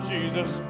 Jesus